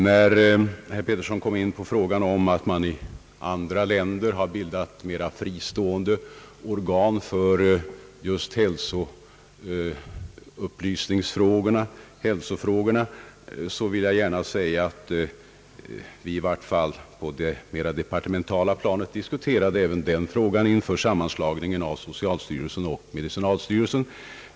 Herr Pettersson nämnde att man i andra länder har bildat mera fristående organ för hälsofrågorna och hälsoupplysningen. Då vill jag gärna säga att vi i vart fall på det departementala planet diskuterade även den aspekten inför sammanslagningen av socialstyrelsen och medicinalstyrelsen.